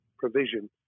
provision